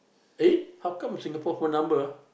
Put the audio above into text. !eh! how come Singapore phone number ah